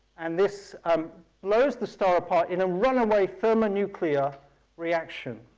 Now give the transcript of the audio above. and this um blows the star apart in a runaway thermonuclear reaction.